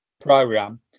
program